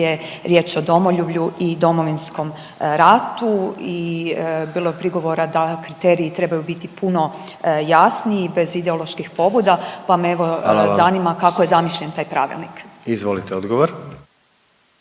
je riječ o domoljublju i Domovinskom ratu. I bilo je prigovora da kriteriji trebaju biti puno jasniji bez ideoloških pobuda … …/Upadica predsjednik: Hvala vam./… … pa me evo